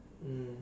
mm